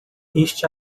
este